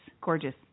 Gorgeous